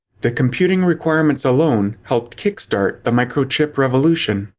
the computing requirements alone helped kickstart the microchip revolution.